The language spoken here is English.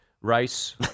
Rice